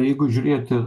jeigu žiūrėti